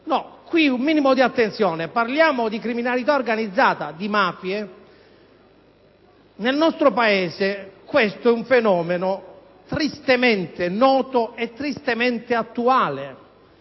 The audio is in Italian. PdL)*. Un minimo di attenzione! Parliamo di criminalità organizzata, di mafia: nel nostro Paese questo è un fenomeno tristemente noto e tristemente attuale.